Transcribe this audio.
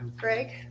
greg